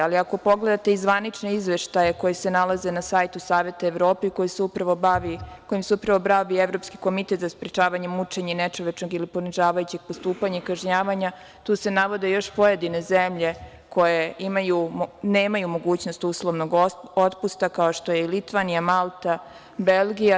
Ali, ako pogledate i zvanične izveštaje, koji se nalaze na sajtu Saveta Evrope, kojim se upravo bavi Evropski komitet za sprečavanje mučenja i nečovečnog ili ponižavajućeg postupanja i kažnjavanja, tu se navode još pojedine zemlje koje nemaju mogućnost uslovnog otpusta, kao što je Litvanija, Malta i Belgija.